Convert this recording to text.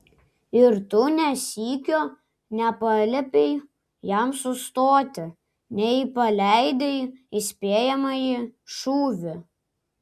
ir tu nė sykio nepaliepei jam sustoti nei paleidai įspėjamąjį šūvį